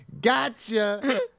Gotcha